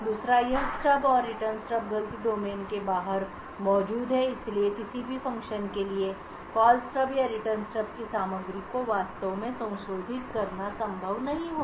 दूसरा यह स्टब और रिटर्न स्टब गलती डोमेन के बाहर मौजूद है इसलिए किसी भी फ़ंक्शन के लिए कॉल स्टब या रिटर्न स्टब की सामग्री को वास्तव में संशोधित करना संभव नहीं होगा